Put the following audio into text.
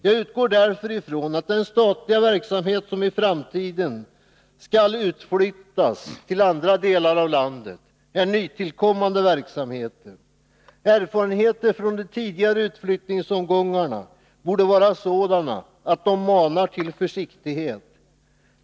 Jag utgår därför ifrån att den statliga verksamhet som i framtiden skall utflyttas till andra delar av landet är nytillkommande verksamheter. Erfarenheterna från de tidigare utflyttningsomgångarna är sådana att de borde mana till försiktighet.